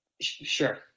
Sure